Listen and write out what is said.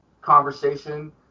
conversation